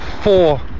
four